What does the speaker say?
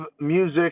music